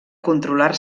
controlar